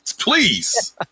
please